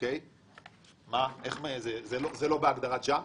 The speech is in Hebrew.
זה לא בהגדרה ג'אנק?